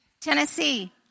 Tennessee